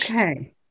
Okay